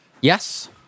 Yes